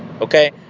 Okay